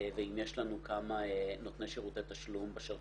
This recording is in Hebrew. חוק שירותי תשלום, התשע"ח-2018,